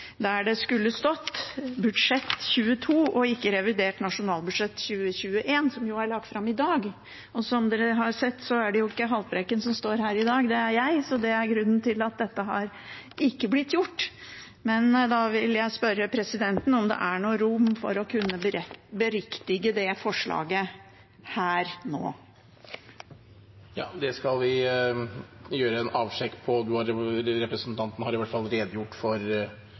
der det skulle stått «statsbudsjettet 2022» og ikke «revidert nasjonalbudsjett 2021», som jo er lagt fram i dag. Som dere har sett, er det ikke Haltbrekken som står her i dag, men jeg, så det er grunnen til at dette ikke har blitt gjort. Men da vil jeg spørre presidenten om det er rom for å kunne beriktige dette forslaget nå. Jeg tar for øvrig opp forslagene nr. 2 og 3, på vegne av Sosialistisk Venstreparti og Miljøpartiet De Grønne. Det skal vi sjekke. Representanten har i hvert fall redegjort for